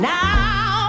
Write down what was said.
now